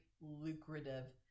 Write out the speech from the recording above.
lucrative